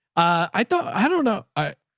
i thought, i don't know. i,